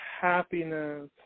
happiness